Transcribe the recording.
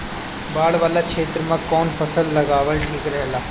बाढ़ वाला क्षेत्र में कउन फसल लगावल ठिक रहेला?